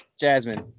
Jasmine